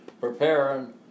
preparing